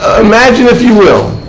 imagine, if you will,